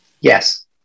yes